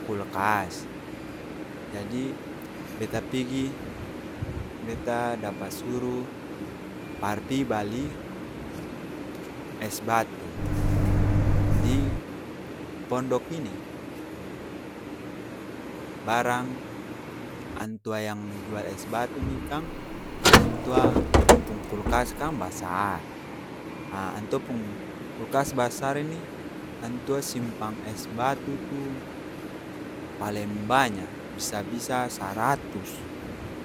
Kul'kas jadi beta pigi, beta dapa suru, par pi bali es batu di pondok ini barang antua yang jual es batu ini kang, antua pung kulkas kan'g basaaar, aa antua pung kulkas basar ini, antua simpang es batu tu, paleng baanya, bisa-bisa saratus